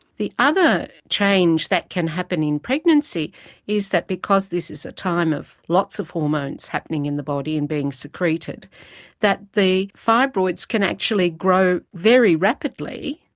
the other other change that can happen in pregnancy is that because this is a time of lots of hormones happening in the body and being secreted that the fibroids can actually grow very rapidly,